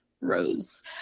rose